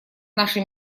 нашей